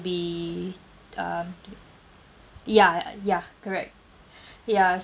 be um to be ya ya correct ya